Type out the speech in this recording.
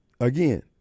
again